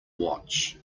watch